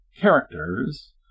characters